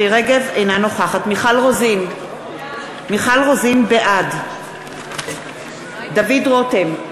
אינה נוכחת מיכל רוזין, בעד דוד רותם,